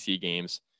games